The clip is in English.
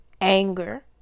anger